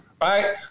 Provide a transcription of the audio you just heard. right